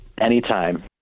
Anytime